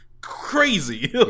crazy